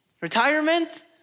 Retirement